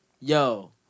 yo